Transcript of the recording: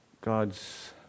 God's